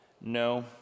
no